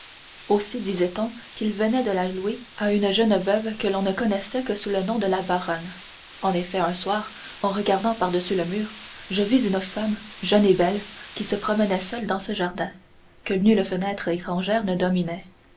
aussi disait-on qu'il venait de la louer à une jeune veuve que l'on ne connaissait que sous le nom de la baronne en effet un soir en regardant par-dessus le mur je vis une femme jeune et belle qui se promenait seule dans ce jardin que nulle fenêtre étrangère ne dominait